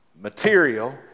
material